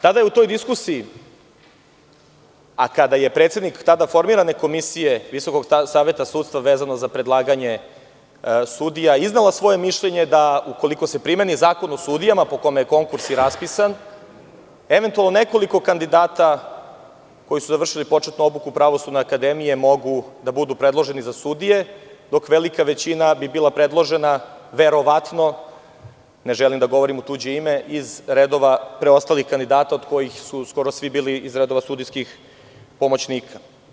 Tada je, u toj diskusiji, a kada je predsednik tada formirane komisije Visokog saveta sudstva, vezano za predlaganje sudija, iznela svoje mišljenje da, ukoliko se primeni Zakon o sudijama, po kome je konkurs i raspisan, eventualno nekoliko kandidata koji su završili početnu obuku Pravosudne akademije mogu da budu predloženi za sudije, dok velika većina bi bila predložena verovatno, ne želim da govorim u tuđe ime, iz redova preostalih kandidata, od kojih su skoro svi bili iz redova sudijskih pomoćnika.